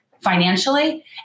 financially